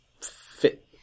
fit